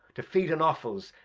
to feed on offals,